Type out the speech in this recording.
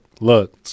look